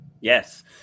Yes